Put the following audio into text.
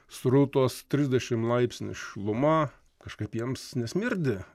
srutos trisdešim laipsnių šiluma kažkaip jiems nesmirdi